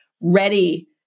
ready